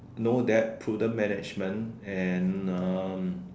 know that pollen management and um